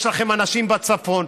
יש לכם אנשים בצפון,